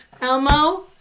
Elmo